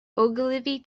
ogilvy